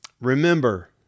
remember